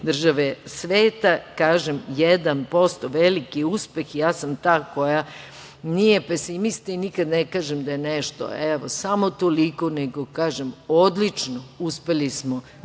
države sveta. Kažem, 1% je veliki uspeh i ja sam ta koja nije pesimista i nikada ne kažem da je nešto samo toliko, nego kažem odlično, uspeli smo